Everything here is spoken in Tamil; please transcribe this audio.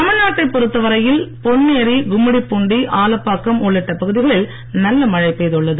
தமிழ்நாட்டைப் பொறுத்தவரையில் பொன்னேரி கும்மிடிப்பூண்டி ஆலப்பாக்கம் உள்ளிட்ட பகுதிகளில் நல்ல மழை பெய்துள்ளது